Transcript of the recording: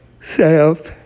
setup